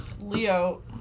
Leo